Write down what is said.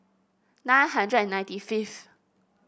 nine hundred and ninety fifth